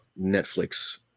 Netflix